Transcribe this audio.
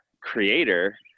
creator